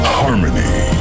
harmony